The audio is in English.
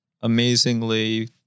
amazingly